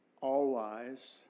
all-wise